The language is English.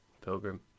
pilgrim